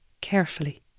carefully